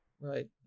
Right